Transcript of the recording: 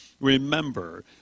Remember